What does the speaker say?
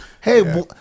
hey